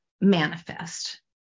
manifest